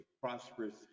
prosperous